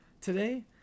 Today